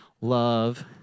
love